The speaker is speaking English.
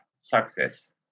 success